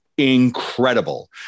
incredible